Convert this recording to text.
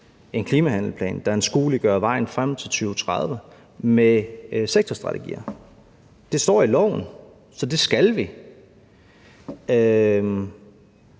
en klimahandleplan, der anskueliggør vejen frem til 2030 med sektorstrategier. Det står i loven, så det skal vi.